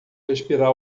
respirar